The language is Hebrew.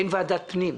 אין ועדת פנים.